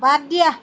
বাদ দিয়া